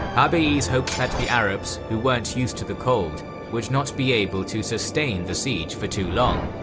harbees hoped that the arabs, who weren't used to the cold will not be able to sustain the siege for too long.